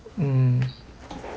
mm